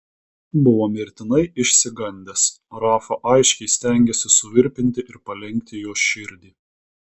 buvo mirtinai išsigandęs rafa aiškiai stengėsi suvirpinti ir palenkti jos širdį